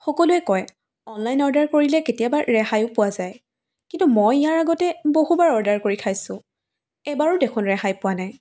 সকলোৱে কয় online order কৰিলে কেতিয়াবা ৰেহাইয়ো পোৱা যায় কিন্তু মই ইয়াৰ আগতে বহুবাৰ অৰ্ডাৰ কৰি খাইছো এবাৰো দেখোন ৰেহাই পোৱা নাই